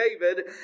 David